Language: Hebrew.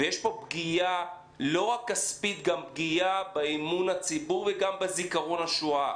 ויש פה פגיעה לא רק כספית אלא גם פגיעה באמון הציבור ובזכרון השואה.